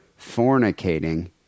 fornicating